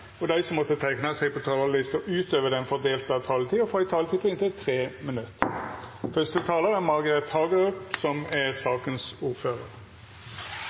og dei som måtte teikna seg på talarlista utover den fordelte taletida, får også ei taletid på inntil 3 minutt.